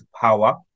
power